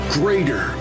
greater